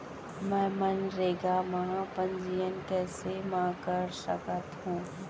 मैं मनरेगा म पंजीयन कैसे म कर सकत हो?